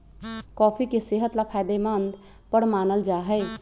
coffee के सेहत ला फायदेमंद पर मानल जाहई